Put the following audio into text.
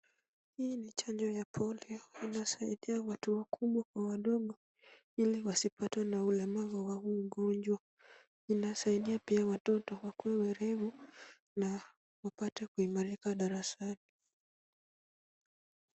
Hii ni chanjo ya polio inasaidia watu wakubwa kwa wadogo ili wasipatwe na ulemavu wa huu ugonjwa. Inasaidia pia watoto wakuwe werevu na wapate kuimarika darasani.